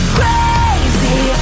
crazy